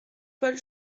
paul